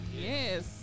Yes